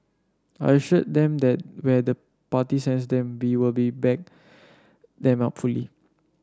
I assured them that where the party sends them be we'll be back them up fully